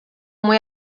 muy